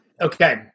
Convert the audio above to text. okay